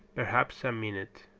perhaps a minute.